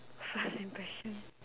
first impression